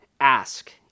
ask